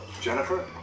Jennifer